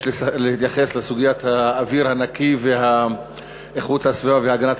יש להתייחס לסוגיית האוויר הנקי ואיכות הסביבה והגנת